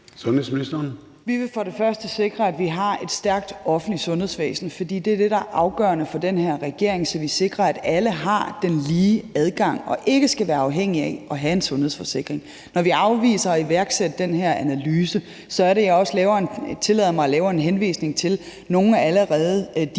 (Sophie Løhde): Vi vil først og fremmest sikre, at vi har et stærkt offentligt sundhedsvæsen; det er det, der er afgørende for den her regering, så vi sikrer, at alle har lige adgang og ikke skal være afhængige af at have en sundhedsforsikring. Når vi afviser at iværksætte den her analyse, er det, fordi vi allerede har taget initiativer. Og